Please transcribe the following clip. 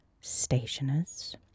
stationers